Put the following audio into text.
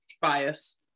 bias